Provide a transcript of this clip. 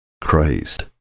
Christ